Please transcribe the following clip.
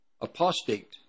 apostate